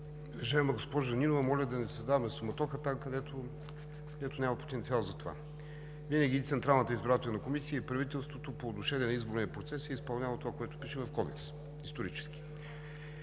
Уважаема госпожо Нинова, моля да не създаваме суматоха там, където няма потенциал за това. Винаги Централната избирателна комисия и правителството по отношение на Изборния процес е изпълнявало това, което пише в Кодекса, исторически.